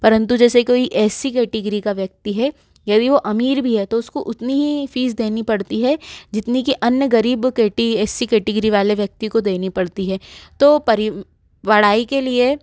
परंतु जैसे कोई ऐस सी केटेगिरी का व्यक्ति है यदि वो अमीर भी है तो उसको उतनी ही फीस देनी पड़ती है जितनी कि अन्य ग़रीब कैटि एस कैटेगिरी वाले व्यक्ति को देनी पड़ती है तो परि पड़ाई के लिए